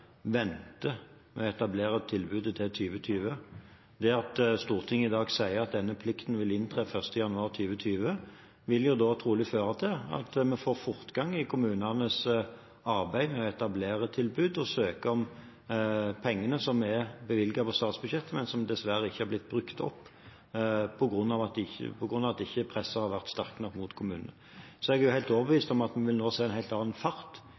denne plikten vil inntre fra 1. januar 2020, vil trolig føre til at det blir fortgang i kommunenes arbeid med å etablere et tilbud og å søke om pengene som er bevilget over statsbudsjettet, men som dessverre ikke er blitt brukt opp, fordi presset mot kommunene ikke har vært sterkt nok. Jeg er helt overbevist om at en nå vil se en helt annen fart